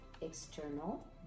external